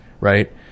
right